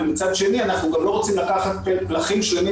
ומצד שני אנחנו גם לא רוצים לקחת פלחים שלמים